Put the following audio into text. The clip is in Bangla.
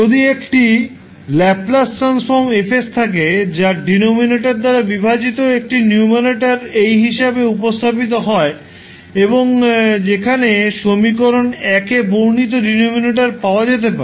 যদি একটি ল্যাপ্লাস ট্রান্সফর্ম Fথাকে যা ডিনোমিনেটর দ্বারা বিভাজিত একটি নিউমারেটার এই হিসাবে উপস্থাপিত হয় এবং যেখানে সমীকরণ এ বর্ণিত ডিনোমিনেটর পাওয়া যেতে পারে